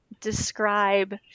describe